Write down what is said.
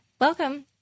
Welcome